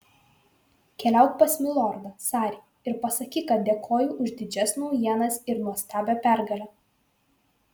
keliauk pas milordą sarį ir pasakyk kad dėkoju už didžias naujienas ir nuostabią pergalę